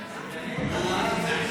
שדרס,